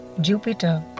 Jupiter